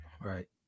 Right